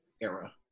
era